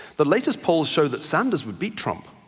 the latest polls show that sanders would beat trump,